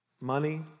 money